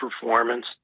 performance